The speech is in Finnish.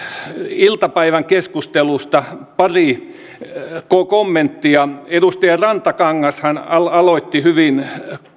iltapäivän keskustelusta pari kommenttia edustaja rantakangashan aloitti hyvin